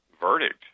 verdict